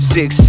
Six